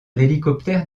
hélicoptère